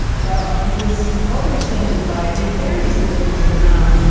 but he was overextended by a very significant amount.